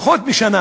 פחות משנה